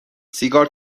سیگار